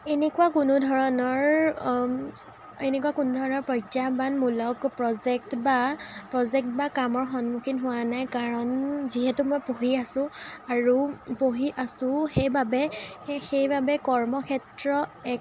এনেকুৱা কোনোধৰণৰ এনেকুৱা কোনোধৰণৰ প্ৰত্যাহ্বানমূলক প্ৰজেক্ট বা প্ৰজেক্ট বা কামৰ সন্মুখীন হোৱা নাই কাৰণ যিহেতু মই পঢ়ি আছোঁ আৰু পঢ়ি আছোঁ সেইবাবে সেইবাবে কৰ্মক্ষেত্ৰ এক